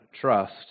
trust